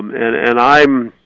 and and i'm,